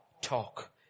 talk